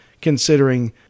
considering